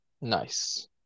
nice